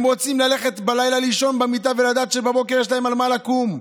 הם רוצים ללכת בלילה לישון במיטה ולדעת שבבוקר יש להם למה לקום,